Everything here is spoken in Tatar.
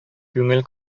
күңел